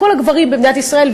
כל הגברים במדינת ישראל.